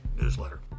newsletter